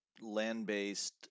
land-based